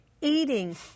eating